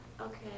Okay